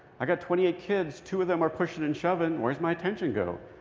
i got twenty eight kids. two of them are pushing and shoving. where does my attention go?